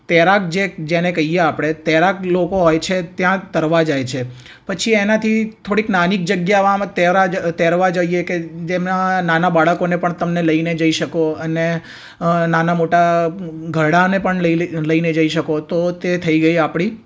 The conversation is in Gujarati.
તૈરાક જે જેને કહીએ આપણે તૈરાક લોકો હોય છે ત્યાં તરવા જાય છે પછી એનાથી થોડીક નાની જગ્યામાં તરવા તરવા જઈએ કે જેમાં નાના બાળકોને પણ તમને લઈને જઈ શકો અને નાના મોટા ઘરડાને પણ લઈને જઈ શકો તો તે થઈ ગઈ આપણી